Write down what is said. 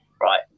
right